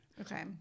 Okay